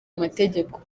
amategeko